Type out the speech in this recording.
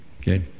Okay